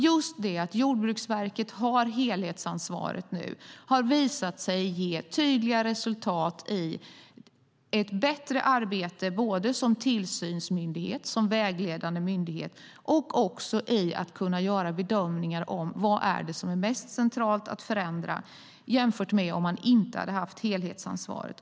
Just det att Jordbruksverket nu har helhetsansvaret, fru talman, har nämligen visat sig ge tydliga resultat i ett bättre arbete både som tillsynsmyndighet och vägledande myndighet och i att kunna göra bedömningar av vad som är mest centralt att förändra jämfört med om man inte hade haft helhetsansvaret.